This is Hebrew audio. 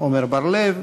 עמר בר-לב,